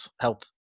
help